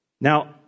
Now